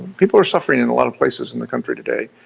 people are suffering in a lot of places in the country today.